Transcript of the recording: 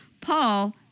Paul